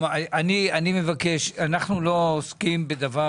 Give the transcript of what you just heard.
אנחנו לא עוסקים בדבר